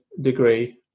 degree